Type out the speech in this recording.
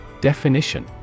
Definition